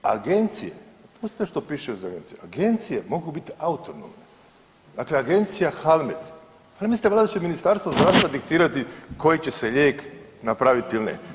Agencije, pustite što piše za agencije, agencije mogu biti autonomne, dakle agencija HALMED, ne mislite valjda da će Ministarstvo zdravstva diktirati koji će se lijek napraviti ili ne.